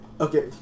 Okay